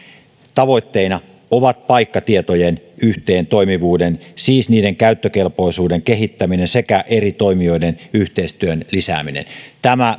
tavoitteina ovat paikkatietojen yhteentoimivuuden siis niiden käyttökelpoisuuden kehittäminen sekä eri toimijoiden yhteistyön lisääminen tämä